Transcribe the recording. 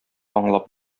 аңлап